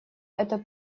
это